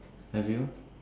have you